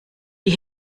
die